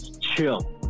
Chill